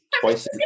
Twice